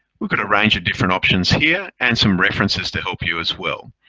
we got a range of different options here and some references to help you as well.